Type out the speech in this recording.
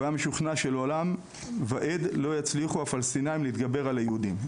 הוא היה משוכנע שלעולם ועד לא יצליחו הפלסטינאים להתגבר על היהודים,